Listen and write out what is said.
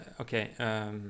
okay